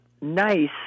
nice